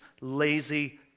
lazy